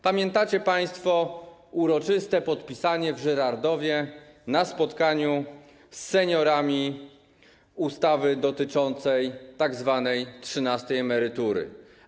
Pamiętacie państwo uroczyste podpisanie w Żyrardowie na spotkaniu z seniorami ustawy dotyczącej tzw. trzynastej emerytury.